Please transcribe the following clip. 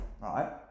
right